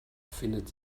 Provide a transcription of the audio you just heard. findet